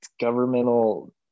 governmental